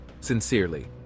Sincerely